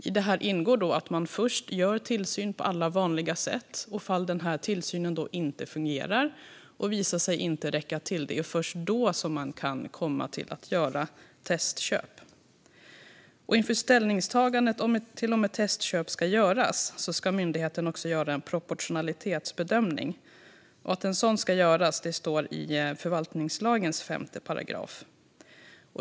I detta ingår att man först gör tillsyn på alla vanliga sätt, och det är först om denna tillsyn inte fungerar och visar sig inte räcka till som man kan göra testköp. Inför ställningstagandet till om ett testköp ska göras ska myndigheten också göra en proportionalitetsbedömning. Att en sådan ska göras står i förvaltningslagen 5 §.